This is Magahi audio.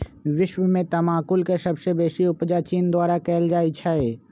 विश्व में तमाकुल के सबसे बेसी उपजा चीन द्वारा कयल जाइ छै